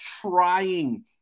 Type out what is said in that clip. trying